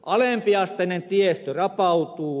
alempiasteinen tiestö rapautuu